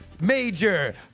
Major